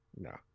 No